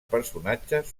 personatges